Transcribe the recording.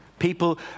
People